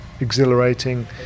exhilarating